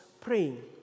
praying